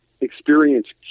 experience